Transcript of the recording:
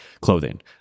clothing